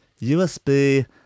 USB